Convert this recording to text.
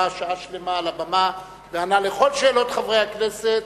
שעה שלמה על הבמה וענה על כל שאלות חברי הכנסת